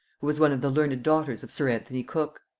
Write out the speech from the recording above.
who was one of the learned daughters of sir anthony cook.